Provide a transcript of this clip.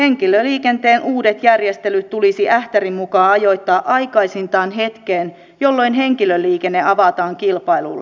henkilöliikenteen uudet järjestelyt tulisi ähtärin mukaan ajoittaa aikaisintaan hetkeen jolloin henkilöliikenne avataan kilpailulle